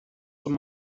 zum